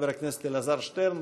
חבר הכנסת אלעזר שטרן,